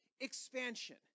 Expansion